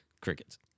Crickets